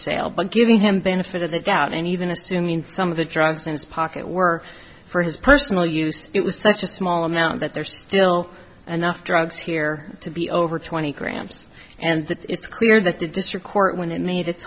sale but giving him the benefit of the doubt and even assuming some of the drugs in his pocket were for his personal use it was such a small amount that there's still enough drugs here to be over twenty grams and it's clear that the district court when it made it